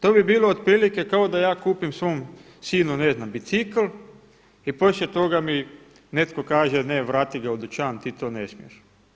To bi bilo otprilike kao da ja kupim svom sinu ne znam bicikl i poslije toga mi netko kaže, ne vrati ga u dućan, ti to ne smiješ.